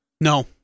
No